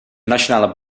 nationale